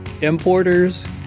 importers